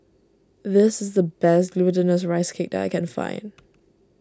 this is the best Glutinous Rice Cake that I can find